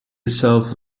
itself